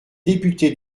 députés